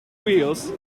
wheels